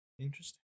Interesting